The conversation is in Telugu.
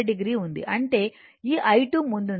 అంటే ఈ i2 ముందుంది